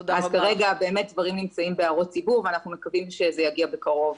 אז כרגע באמת הדברים נמצאים בהערות ציבור ואנחנו מקווים שזה יגיע בקרוב.